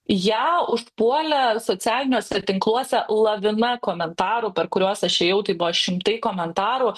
ją užpuolė socialiniuose tinkluose lavina komentarų per kuriuos aš ėjau tai buvo šimtai komentarų